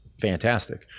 fantastic